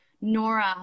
Nora